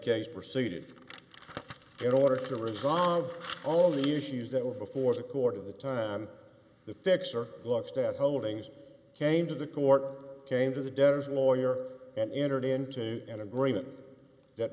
case pursued it in order to resolve all the issues that were before the court of the time the thicks or lock step holdings came to the court came to the debtors lawyer and entered into an agreement that